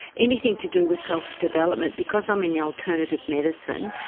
anything to do with self-development, because i'm in yeah alternative medicine,